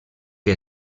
que